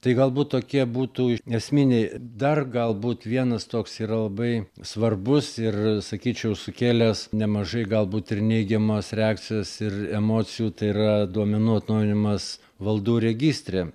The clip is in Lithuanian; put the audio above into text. tai galbūt tokie būtų esminiai dar galbūt vienas toks yra labai svarbus ir sakyčiau sukėlęs nemažai galbūt ir neigiamos reakcijos ir emocijų tai yra duomenų atnaujinimas valdų registre